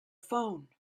phone